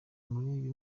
muri